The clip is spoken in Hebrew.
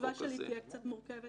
התשובה שלי תהיה קצת מורכבת,